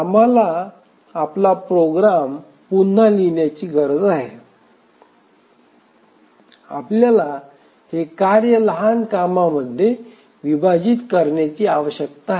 आम्हाला आपला प्रोग्राम पुन्हा लिहिण्याची गरज आहे आणि आपल्याला हे कार्य लहान कामांमध्ये विभाजित करण्याची आवश्यकता आहे